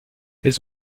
elles